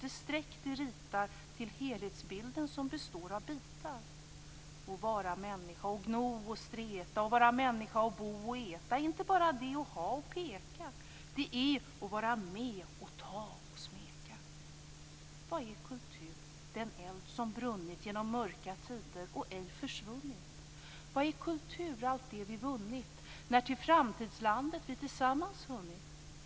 Det streck de ritar till helhetsbilden som består av bitar. "Å vara människa å gno å streta. å vara människa å bo å eta e' inte bara de' å ha å peka, de' e' å vara me' Vad är kultur? Den eld som brunnit genom mörka tider och ej försvunnit. Vad är kultur? Allt det vi vunnit, när till framtidslandet vi tillsammans hunnit.